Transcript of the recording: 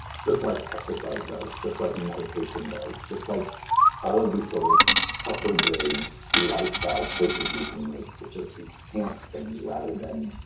just like exercise does, just like meditation does, just like all of these sort of upper grade lifestyle choices we can make that just enhance things rather than